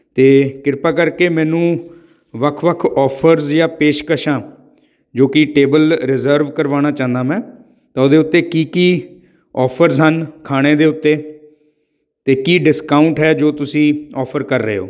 ਅਤੇ ਕਿਰਪਾ ਕਰਕੇ ਮੈਨੂੰ ਵੱਖ ਵੱਖ ਅੋਫਰਜ਼ ਜਾਂ ਪੇਸ਼ਕਸ਼ਾਂ ਜੋ ਕਿ ਟੇਬਲ ਅ ਰਿਜ਼ਰਵ ਕਰਵਾਉਣਾ ਚਾਹੁੰਦਾ ਮੈਂ ਤਾਂ ਉਹਦੇ ਉੱਤੇ ਕੀ ਕੀ ਅੋਫਰਜ਼ ਹਨ ਖਾਣੇ ਦੇ ਉੱਤੇ ਅਤੇ ਕੀ ਡਿਸਕਾਊਂਟ ਹੈ ਜੋ ਤੁਸੀਂ ਅੋਫਰ ਕਰ ਰਹੇ ਹੋ